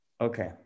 okay